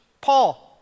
Paul